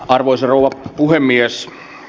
arvoisa rouva puhemies